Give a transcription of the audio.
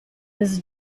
his